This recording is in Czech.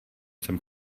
jsem